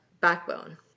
Backbone